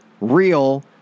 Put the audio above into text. real